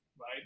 right